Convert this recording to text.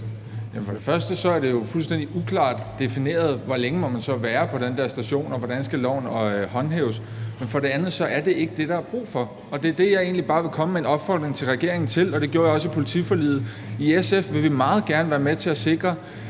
For det første er det jo fuldstændig uklart defineret, hvor længe man så må være på den der station, og hvordan loven skal håndhæves. For det andet er det ikke det, der er brug for. Det er det, jeg egentlig bare vil komme med en opfordring til regeringen om. Det gjorde jeg også i politiforliget. I SF vil vi meget gerne være med til at sikre,